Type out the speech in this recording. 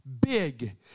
big